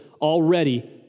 already